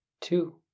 Two